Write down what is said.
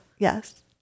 Yes